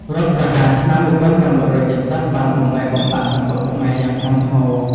រដ្ឋប្រហារឆ្នាំ ១៩៧០ បានបំបែកបំបាក់សង្គមខ្មែរយ៉ាងធ្ងន់ធ្ងរ។